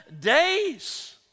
days